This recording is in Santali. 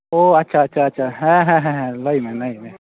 ᱚᱸᱻ ᱟᱪᱷᱟ ᱟᱪᱷᱟ ᱟᱪᱷᱟ ᱦᱮᱸ ᱦᱮᱸ ᱞᱟᱹᱭ ᱢᱮ ᱞᱟᱹᱭ ᱢᱮ